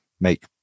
make